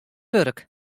wurk